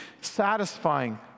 satisfying